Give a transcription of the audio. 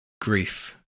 grief